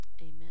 amen